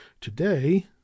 Today